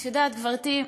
את יודעת, גברתי,